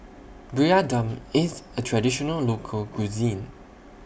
Dum IS A Traditional Local Cuisine